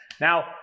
Now